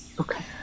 Okay